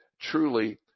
truly